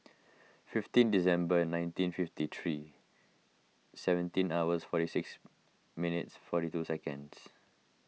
fifteen December nineteen fifty three seventeen hours forty six minutes forty two seconds